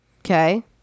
Okay